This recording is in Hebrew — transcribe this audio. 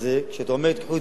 וזה אומר: קחו את זה אתם,